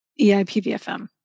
EIPVFM